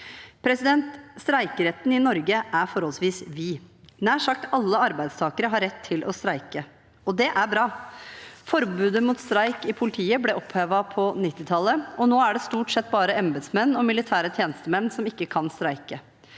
Streikeretten i Norge er forholdsvis vid. Nær sagt alle arbeidstakere har rett til å streike, og det er bra. Forbudet mot streik i politiet ble opphevet på 1990-tallet, og nå er det stort sett bare embetsmenn og militære tjenestemenn som ikke kan streike.